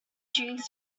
dunes